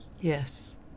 yes